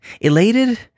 Elated